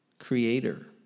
creator